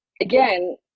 again